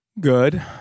good